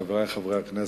חברי חברי הכנסת,